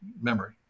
memory